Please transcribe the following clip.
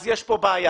אז יש פה בעיה.